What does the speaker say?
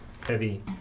heavy